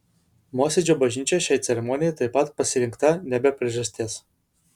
mosėdžio bažnyčia šiai ceremonijai taip pat pasirinkta ne be priežasties